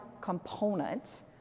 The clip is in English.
component